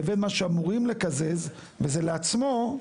לבין מה שאמורים לקזז וזה לעצמו,